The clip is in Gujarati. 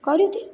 કરી દે